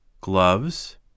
gloves